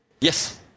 Yes